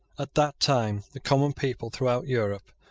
at that time the common people throughout europe,